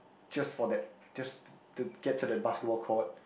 just for that just to to get to the basketball court